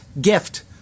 gift